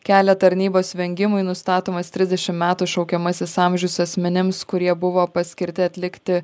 kelią tarnybos vengimui nustatomas trisdešimt metų šaukiamasis amžius asmenims kurie buvo paskirti atlikti